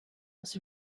was